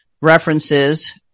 references